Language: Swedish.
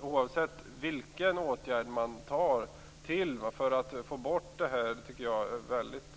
Oavsett vilken åtgärd som tas till för att få bort det, som jag tycker, väldigt